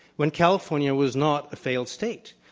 when california was not a failed state.